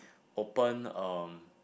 open um